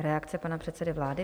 Reakce pana předsedy vlády.